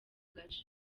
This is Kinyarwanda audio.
gace